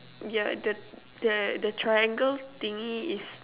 yeah the the the triangle thingy is